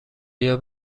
بیا